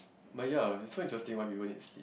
but ya is so interesting why people need sleep